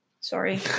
sorry